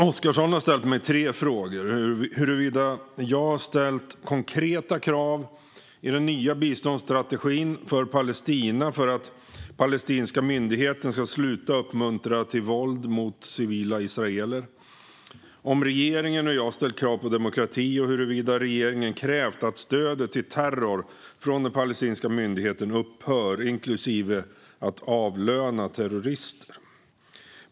Fru talman! har ställt mig tre frågor: om jag har ställt konkreta krav i den nya biståndsstrategin för Palestina för att den palestinska myndigheten ska sluta att uppmuntra till våld mot civila israeler, om regeringen och jag har ställt krav på demokrati och om regeringen har krävt att "stödet till terror från den palestinska myndigheten upphör, inklusive att avlöna terrorister".